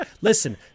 listen